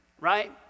Right